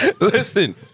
Listen